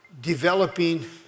developing